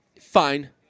Fine